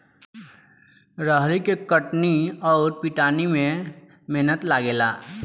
रहरी के कटनी अउर पिटानी में मेहनत लागेला